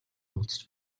уулзаж